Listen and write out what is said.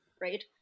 right